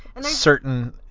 Certain